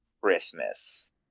Christmas